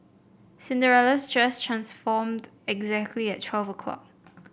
Cinderella's dress transformed exactly at twelve o'clock